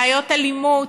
בעיות אלימות,